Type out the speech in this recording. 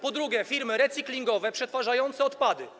Po drugie, firmy recyklingowe, przetwarzające odpady.